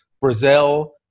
Brazil